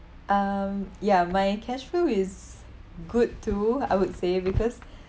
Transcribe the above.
um ya my cash flow is good too I would say because